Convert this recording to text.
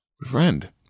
Friend